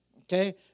okay